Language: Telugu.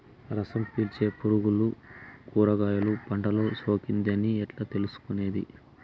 రసం పీల్చే పులుగులు కూరగాయలు పంటలో సోకింది అని ఎట్లా తెలుసుకునేది?